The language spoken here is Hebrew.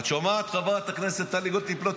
את שומעת, חברת הכנסת טלי גוטליב?